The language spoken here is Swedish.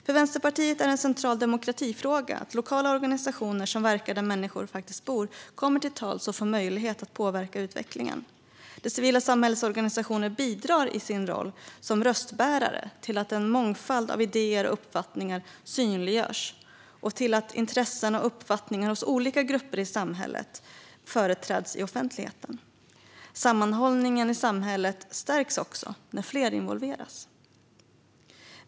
För Vänsterpartiet är det en central demokratifråga att lokala organisationer som verkar där människor faktiskt bor kommer till tals och får möjligheter att påverka utvecklingen. Det civila samhällets organisationer bidrar i sin roll som röstbärare till att en mångfald av idéer och uppfattningar synliggörs och till att intressen och uppfattningar hos olika grupper i befolkningen företräds i offentligheten. Sammanhållningen i samhället stärks också när fler involveras.